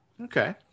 okay